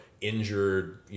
injured